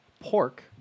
pork